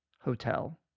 hotel